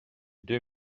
deux